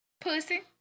Pussy